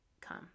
come